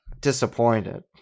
disappointed